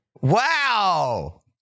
Wow